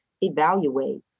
evaluate